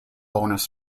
bonus